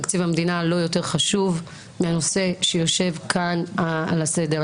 תקציב המדינה לא יותר חשוב מהנושא שיושב כאן על הסדר.